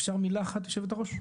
אפשר מילה אחת בבקשה יושבת הראש?